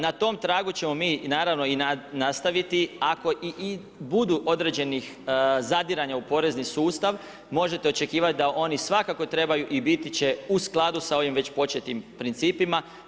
Na tom tragu ćemo mi naravno i nastaviti, a ako i budu određenih zadiranja u porezni sustav, možete očekivati da oni svakako trebaju i biti će u skladu sa ovim već početim principima.